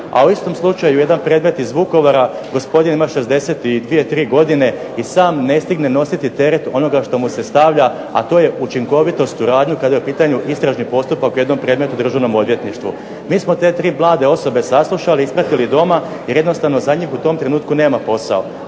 A u istom slučaju jedan predmet iz Vukovara, gospodin ima 62, 63 godine i sam ne stigne nositi teret onoga što mu se stavlja, a to je učinkovitost u radu kada je u pitanju istražni postupak u jednom predmetu u Državnom odvjetništvu. Mi smo te 3 mlade osobe saslušali, ispratili doma jer jednostavno za njih u tom trenutku nema posla.